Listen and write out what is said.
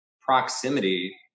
proximity